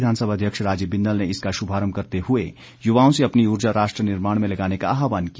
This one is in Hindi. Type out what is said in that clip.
विधानसभा अध्यक्ष राजीव बिंदल ने इसका शुभारंभ करते हुए युवाओं से अपनी ऊर्जा राष्ट्र निर्माण में लगाने का आह्वान किया